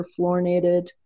perfluorinated